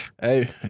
Hey